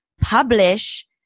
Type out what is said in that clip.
publish